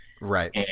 Right